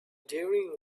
during